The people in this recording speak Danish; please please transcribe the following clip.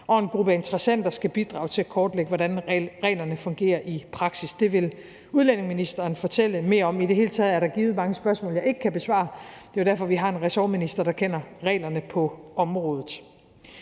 og en gruppe interessenter skal bidrage til at kortlægge, hvordan reglerne fungerer i praksis. Det vil udlændingeministeren fortælle mere om. I det hele taget er der givet mange spørgsmål, jeg ikke kan besvare. Det er jo derfor, vi har en ressortminister, der kender reglerne på området.